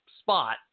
spot